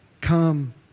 come